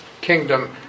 kingdom